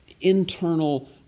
internal